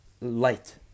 light